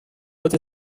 этой